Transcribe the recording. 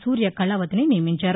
సూర్య కళావతిని నియమించారు